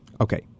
Okay